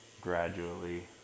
gradually